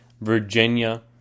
Virginia